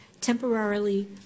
temporarily